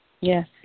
Yes